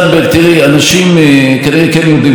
אנשים כנראה כן יודעים קרוא וכתוב,